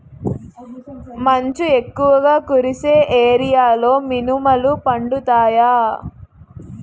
మంచు ఎక్కువుగా కురిసే ఏరియాలో మినుములు పండుతాయా?